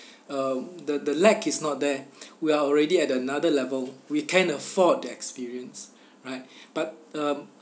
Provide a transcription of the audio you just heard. uh the the lack is not there we are already at another level we can afford the experience right but um